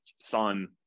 son